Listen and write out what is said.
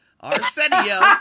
Arsenio